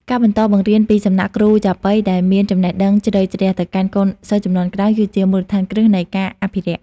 ការបន្តបង្រៀនពីសំណាក់គ្រូចាប៉ីដែលមានចំណេះដឹងជ្រៅជ្រះ ទៅកាន់កូនសិស្សជំនាន់ក្រោយ គឺជាមូលដ្ឋានគ្រឹះនៃការអភិរក្ស។